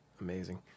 amazing